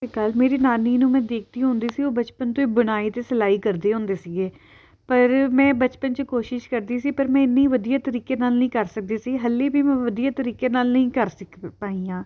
ਸਤਿ ਸ਼੍ਰੀ ਅਕਾਲ ਮੇਰੀ ਨਾਨੀ ਨੂੰ ਮੈਂ ਦੇਖਦੀ ਹੁੰਦੀ ਸੀ ਉਹ ਬਚਪਨ ਤੋਂ ਹੀ ਬੁਣਾਈ ਅਤੇ ਸਿਲਾਈ ਕਰਦੇ ਹੁੰਦੇ ਸੀਗੇ ਪਰ ਮੈਂ ਬਚਪਨ 'ਚ ਕੋਸ਼ਿਸ਼ ਕਰਦੀ ਸੀ ਪਰ ਮੈਂ ਇੰਨੀ ਵਧੀਆ ਤਰੀਕੇ ਨਾਲ਼ ਨਹੀਂ ਕਰ ਸਕਦੀ ਸੀ ਹਲੇ ਵੀ ਮੈਂ ਵਧੀਆ ਤਰੀਕੇ ਨਾਲ਼ ਨਹੀਂ ਕਰ ਸਿੱਖ ਪਾਈ ਹਾਂ